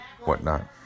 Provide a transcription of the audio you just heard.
whatnot